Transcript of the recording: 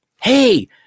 Hey